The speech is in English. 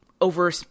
over